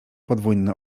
podwójny